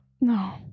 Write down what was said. No